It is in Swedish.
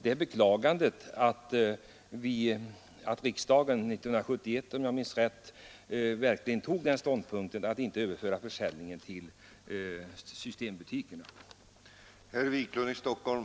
Jag beklagar än en gång att riksdagen 1972 avslog motioner med hemställan om förbud att försälja mellanöl i livsmedelsbutikerna.